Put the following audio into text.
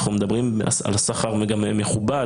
אנחנו מדברים על שכר מכובד,